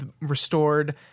restored